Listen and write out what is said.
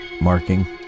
marking